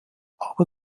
aber